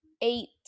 eight